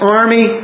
army